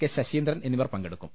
K Saseendran എന്നിവർ പങ്കെടുക്കും